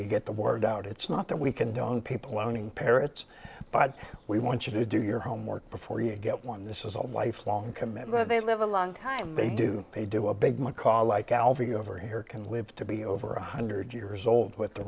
to get the word out it's not that we condone people owning parrots but we want you to do your homework before you get one this is a lifelong commitment they live a long time do they do a big macall like alvy over here can live to be over one hundred years old with the